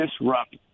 disrupt